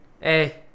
Hey